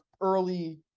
early